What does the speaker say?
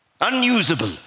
unusable